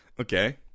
Okay